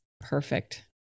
perfect